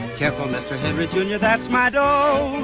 careful, mr. henry junior, that's my dough.